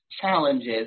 challenges